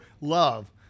love